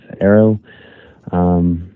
arrow